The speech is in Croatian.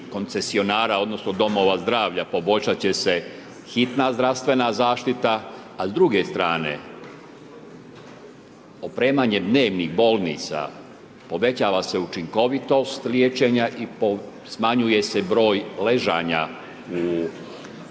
koncesionara, odnosno domova zdravlja poboljšat će se hitna zdravstvena zaštita. A s druge strane opremanje dnevnih bolnica, povećava se učinkovitost liječenja i smanjuje se broj ležanja u bolnicama.